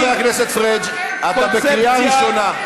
חבר הכנסת פריג', אתה בקריאה ראשונה.